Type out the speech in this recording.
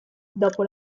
dopo